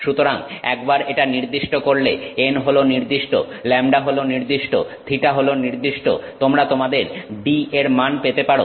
সুতরাং একবার এটা নির্দিষ্ট করলে n হল নির্দিষ্ট λ হল নির্দিষ্ট θ হল নির্দিষ্ট তোমরা তোমাদের d এর মান পেতে পারো